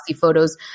photos